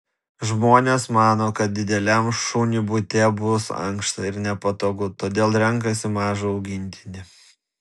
žmonės mano kad dideliam šuniui bute bus ankšta ir nepatogu todėl renkasi mažą augintinį